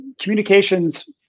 communications